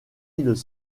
îles